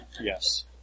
Yes